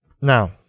Now